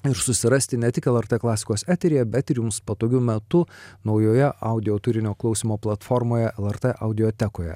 ir susirasti ne tik el er tė klasikoseteryje bet ir jums patogiu metu naujoje audio turinio klausymo platformoje el er tė audiotekoje